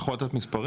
אתה יכול לתת מספרים?